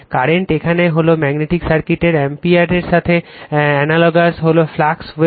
current এখানে হলো magnetic সার্কিটের I অ্যাম্পিয়ার এর সাথে অ্যানালগাস হল ফ্লাক্স ওয়েবার